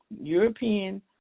European